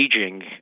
aging